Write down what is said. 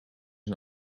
een